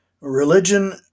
Religion